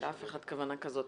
לאף אחד אין כוונה כזאת.